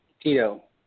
Tito